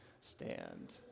stand